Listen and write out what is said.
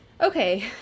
Okay